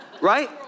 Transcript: right